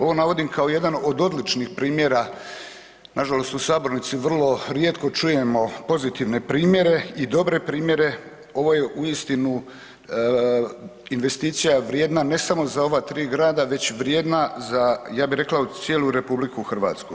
Ovo navodim kao jedan od odličnih primjera, nažalost u sabornici vrlo rijetko čujemo pozitivne primjere i dobre primjere, ovo je uistinu investicija vrijedna ne samo za ova tri grada, već vrijedna za ja bih rekao za cijelu RH.